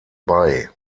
bei